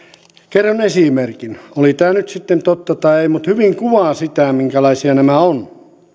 kerron esimerkin oli tämä nyt sitten totta tai ei mutta hyvin kuvaa sitä minkälaisia nämä ovat